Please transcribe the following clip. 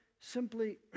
simply